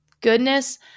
goodness